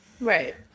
Right